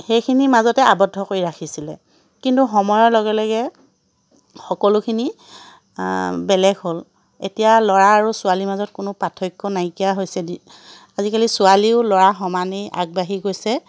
সেইখিনিৰ মাজতে আৱদ্ধ কৰি ৰাখিছিলে কিন্তু সময়ৰ লগে লগে সকলোখিনি বেলেগ হ'ল এতিয়া ল'ৰা আৰু ছোৱালীৰ মাজত কোনো পাৰ্থক্য নাইকিয়া হৈছে দি আজিকালি ছোৱালীও ল'ৰাৰ সমানেই আগবাঢ়ি গৈছে